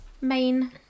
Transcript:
main